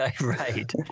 Right